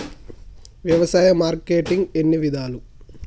వ్యవసాయ మార్కెటింగ్ ఎన్ని విధాలు?